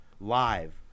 live